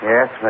Yes